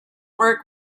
work